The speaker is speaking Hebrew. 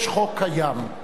יש חוק קיים.